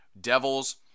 Devils